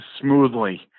smoothly